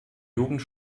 jugend